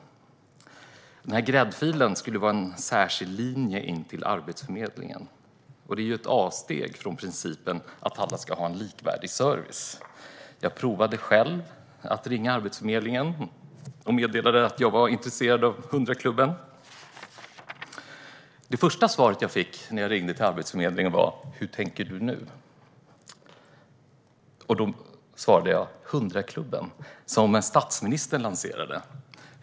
Gräddfilen skulle vara en särskild linje in till Arbetsförmedlingen. Det är ett avsteg från principen att alla ska ha en likvärdig service. Jag provade själv att ringa Arbetsförmedlingen och meddela att jag var intresserad av 100-klubben. Det första svaret jag fick när jag ringde till Arbetsförmedlingen var: "Hur tänker du nu?" Jag svarade: "100-klubben, som statsministern lanserade."